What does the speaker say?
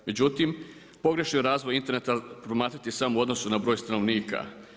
Međutim, pogrešni razvoj interneta … je samo u odnosu na broj stanovnika.